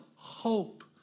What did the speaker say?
hope